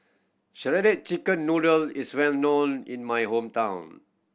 shredded chicken noodle is well known in my hometown